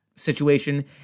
Situation